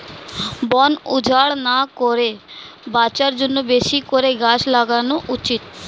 বন উজাড় না করে বাঁচার জন্যে বেশি করে গাছ লাগানো উচিত